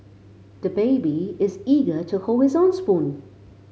the baby is eager to hold his own spoon